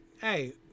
hey